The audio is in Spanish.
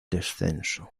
descenso